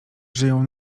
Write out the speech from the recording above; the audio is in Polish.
żyją